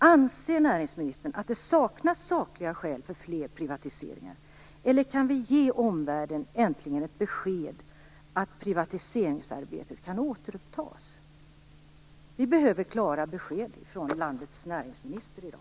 Anser näringsministern att det saknas sakliga skäl för fler privatiseringar, eller kan vi äntligen ge omvärlden beskedet att privatiseringsarbetet kan återupptas? Vi behöver klara besked från landets näringsminister i dag.